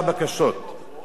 שלוש בקשות ודרישות.